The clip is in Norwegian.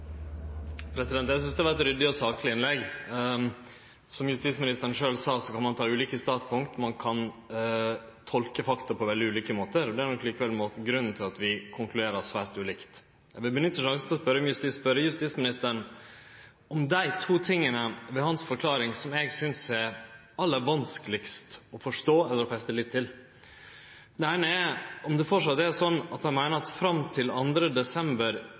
var eit ryddig og sakleg innlegg. Som justisministeren sjølv sa, kan ein ta ulike standpunkt, ein kan tolke fakta på veldig ulike måtar. Det er grunnen til at vi konkluderer svært ulikt. Eg vil nytte sjansen til å spørje justisministeren om dei to tinga ved hans forklaring som eg synest er aller vanskelegast å forstå eller feste lit til. Det eine er om han framleis meiner at han fram til 2. desember